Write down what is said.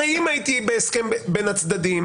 הרי אם הייתי בהסכם בין הצדדים